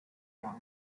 young